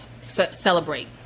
celebrate